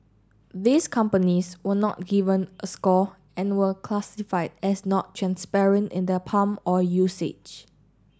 these companies were not given a score and were classified as not transparent in their palm oil usage